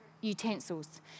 Utensils